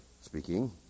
speaking